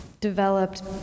developed